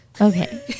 Okay